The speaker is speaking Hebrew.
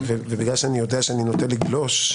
בגלל שאני יודע שאני נוטה לגלוש,